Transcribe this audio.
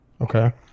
Okay